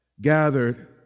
gathered